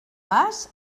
vas